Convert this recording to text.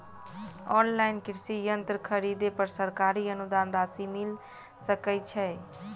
Online कृषि यंत्र खरीदे पर सरकारी अनुदान राशि मिल सकै छैय?